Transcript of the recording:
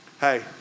Hey